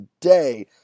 today